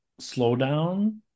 slowdown